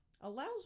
allows